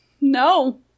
no